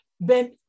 Ben